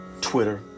Twitter